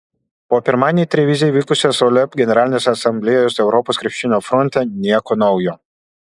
po pirmadienį trevize įvykusios uleb generalinės asamblėjos europos krepšinio fronte nieko naujo